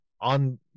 on